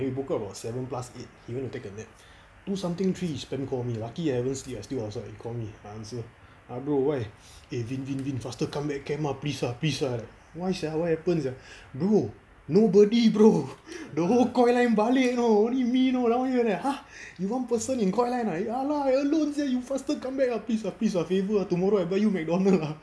then we booked out about seven plus eight he went to take a nap two something three he spam call me lucky I haven't sleep I still outside he call me I answer ah bro why eh vin vin vin faster come back camp ah please ah please ah why sia what happen sia bro nobody bro the whole coy line balek know only me know down here then I !huh! you one person in coy line ah ya lah alone sia you faster come back please lah please lah favour tomorrow I buy your McDonald ah